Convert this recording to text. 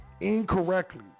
incorrectly